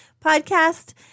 podcast